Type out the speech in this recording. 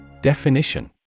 Definition